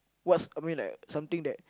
what's I mean like something that